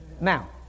Now